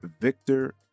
Victor